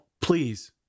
Please